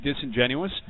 disingenuous